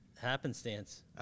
happenstance